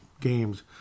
games